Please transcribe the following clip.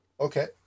Okay